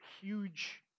huge